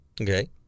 Okay